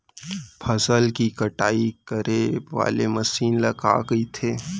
फसल की कटाई करे वाले मशीन ल का कइथे?